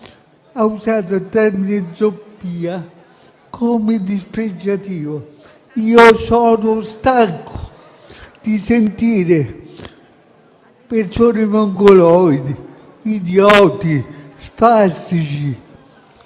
ha usato il termine «zoppia» come dispregiativo. Io sono stanco di sentire parole come «mongoloidi», «idioti», «spastici»